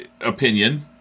opinion